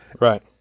Right